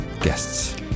guests